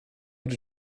have